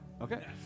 Okay